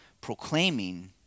Proclaiming